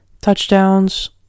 touchdowns